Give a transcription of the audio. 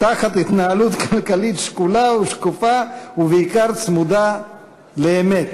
תחת התנהלות כלכלית שקולה ושקופה ובעיקר צמודה לאמת,